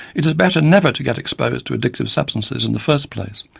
it is better never to get exposed to addictive substances in the first place,